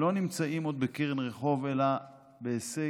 שלא נמצאים עוד בקרן רחוב אלא בהישג